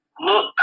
look